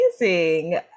amazing